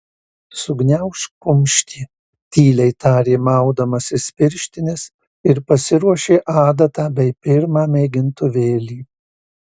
sugniaužk kumštį tyliai tarė maudamasis pirštines ir pasiruošė adatą bei pirmą mėgintuvėlį